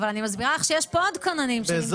אבל אני מסבירה לך שיש פה עוד כוננים שנמצאים.